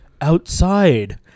Outside